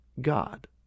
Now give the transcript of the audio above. God